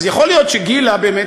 אז יכול להיות שגילה באמת,